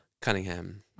Cunningham